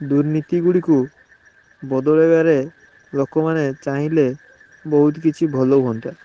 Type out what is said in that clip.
ଦୁର୍ନୀତି ଗୁଡ଼ିକୁ ବଦଳାଇବାରେ ଲୋକମାନେ ଚାହିଁଲେ ବହୁତ କିଛି ଭଲ ହୁଅନ୍ତା